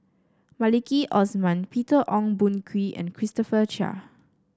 Maliki Osman Peter Ong Boon Kwee and Christopher Chia